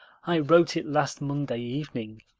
i wrote it last monday evening.